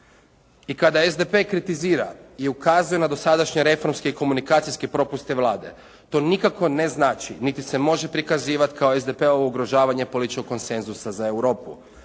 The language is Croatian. I kada SDP kritizira i ukazuje na dosadašnje reformske i komunikacijske propuste Vlade to nikako ne znači niti se može prikazivati kao SDP-ovo ugrožavanje političkog konsenzusa za Europu.